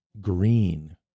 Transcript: Green